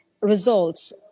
results